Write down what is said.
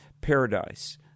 paradise